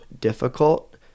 difficult